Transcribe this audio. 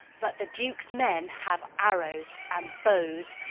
but the duke's men have arrows and bows.